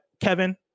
Kevin